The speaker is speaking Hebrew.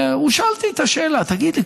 והוא שאל אותי את השאלה: תגיד לי,